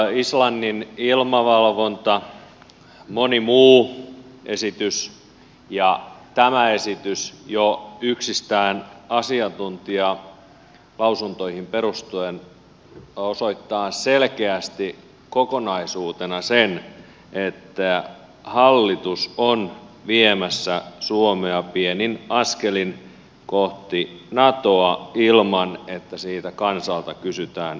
islannin ilmavalvonta moni muu esitys ja tämä esitys jo yksistään asiantuntijalausuntoihin perustuen osoittavat selkeästi kokonaisuutena sen että hallitus on viemässä suomea pienin askelin kohti natoa ilman että siitä kansalta kysytään yhtään mitään